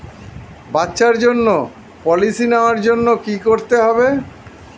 বাচ্চার জন্য পলিসি নেওয়ার জন্য কি করতে হবে?